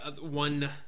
one